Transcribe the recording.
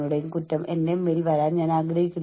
കൂടാതെ നമ്മൾക്ക് നമ്മളുടെ ജോലി ചെയ്യാൻ കഴിയാതെ വരുന്നു